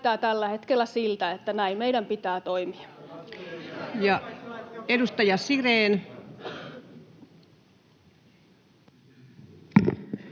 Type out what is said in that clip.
näyttää tällä hetkellä siltä, että näin meidän pitää toimia. [Hälinää